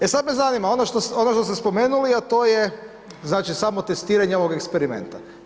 E sad me zanima, ono što ste spomenuli, a to je znači samo testiranje ovog eksperimenta.